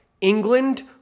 england